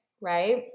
right